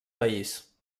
país